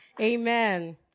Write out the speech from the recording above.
Amen